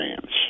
fans